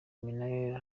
minaert